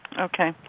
Okay